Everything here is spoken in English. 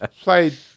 played